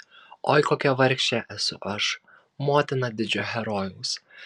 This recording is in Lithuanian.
oi kokia vargšė esu aš motina didžio herojaus